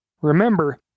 Remember